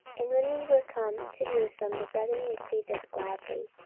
and when we were come to jerusalem, the brethren received us gladly.